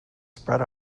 spread